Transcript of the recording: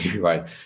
right